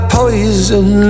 poison